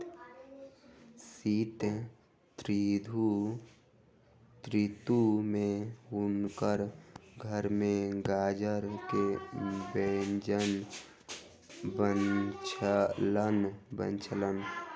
शीत ऋतू में हुनकर घर में गाजर के व्यंजन बनलैन